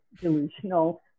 delusional